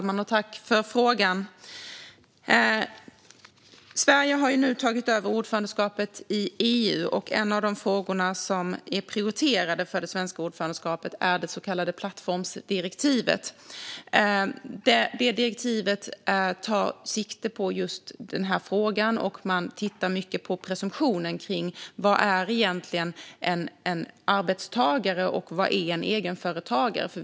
Fru talman! Tack, ledamoten, för frågan! Sverige har nu tagit över ordförandeskapet i EU. En av de frågor som är prioriterade för det svenska ordförandeskapet är det så kallade plattformsdirektivet. Direktivet tar sikte på just den här frågan, och man tittar mycket på presumtionen kring vad som egentligen är en arbetstagare och vad som är en egenföretagare.